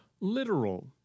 Literal